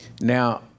now